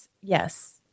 yes